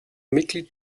mitglied